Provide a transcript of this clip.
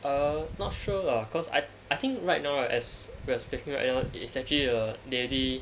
err not sure lah cause I I think right now as we are speaking right now it's actually err they already